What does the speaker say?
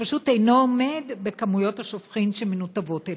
שפשוט אינו עומד בכמויות השופכין שמנותבות אליו.